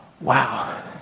wow